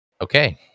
okay